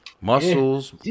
Muscles